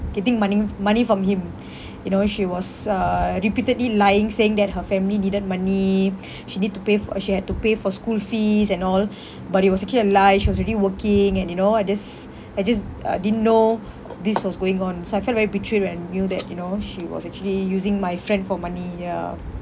getting money money from him you know she was uh repeatedly lying saying that her family needed money she need to pay for she had to pay for school fees and all but it was actually a lie she was already working and you know I just I just uh didn't know this was going on so I felt very betrayed when I knew that you know she was actually using my friend for money ya